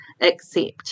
accept